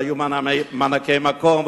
והיו מענקי מקום,